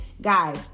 Guys